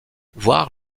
voir